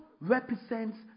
represents